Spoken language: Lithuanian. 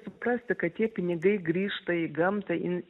suprasti kad tie pinigai grįžta į gamtą į